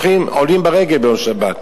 עולים ברגל בשבת.